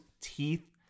teeth